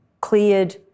cleared